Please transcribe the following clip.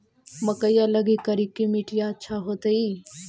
मकईया लगी करिकी मिट्टियां अच्छा होतई